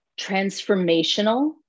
transformational